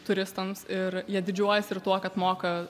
turistams ir jie didžiuojasi ir tuo kad moka